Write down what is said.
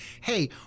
hey